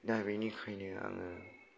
दा बेनिखायनो आङो